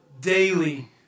daily